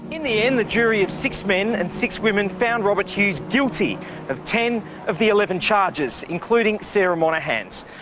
in the end the jury of six men and six women found robert hughes guilty of ten of the eleven charges, including sarah monahan's.